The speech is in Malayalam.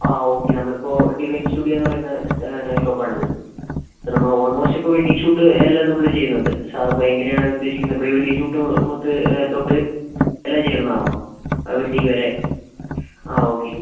ആ ഓക്കെ നമ്മളിപ്പോൾ ഡിവൈൻ സ്റ്റുഡിയോന്നു പറയുന്ന ഷോപ്പാണിത് ഇപ്പം നമ്മള് ഓൾമോസ്റ്റ് ഇപ്പോൾ വെഡിങ് ഷൂട്ട് എല്ലാം നമ്മള് ചെയ്യുന്നുണ്ട് സാറപ്പോൾ എങ്ങനെയാണ് ഉദ്ദേശിക്കുന്നത് പ്രീവെഡിങ് ഷൂട്ട് മൊത്ത് തൊട്ട് എല്ലാം ചെയ്യണം എന്നാണോ ആ വെഡിങ് വരെ ആ ഓക്കെ